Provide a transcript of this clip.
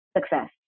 success